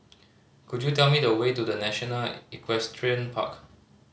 could you tell me the way to The National Equestrian Park